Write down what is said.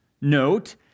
note